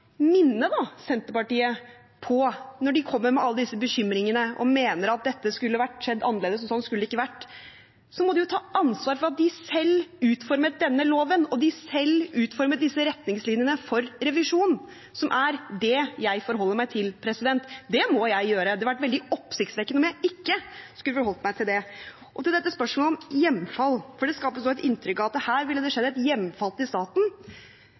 minne Senterpartiet på – når de kommer med alle disse bekymringene og mener at dette skulle skjedd annerledes, og sånn skulle det ikke vært – at de må ta ansvar for at de selv utformet denne loven, og at de selv utformet disse retningslinjene for revisjon, som er det jeg forholder meg til. Det må jeg gjøre. Det ville vært veldig oppsiktsvekkende om jeg ikke skulle forholdt meg til det. Når det gjelder dette spørsmålet om hjemfall, skapes det et inntrykk av at her ville det skjedd et hjemfall til staten